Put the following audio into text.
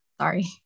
sorry